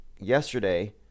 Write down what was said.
yesterday